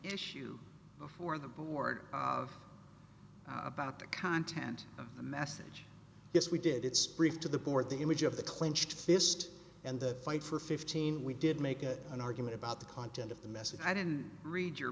issue before the board about the content of the message yes we did it's brief to the court the image of the clenched fist and the fight for fifteen we did make it an argument about the content of the message i didn't read your